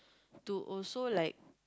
to also like